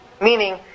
Meaning